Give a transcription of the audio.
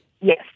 Yes